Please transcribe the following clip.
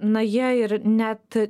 na jie ir net